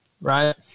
right